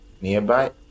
nearby